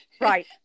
Right